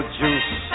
juice